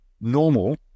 normal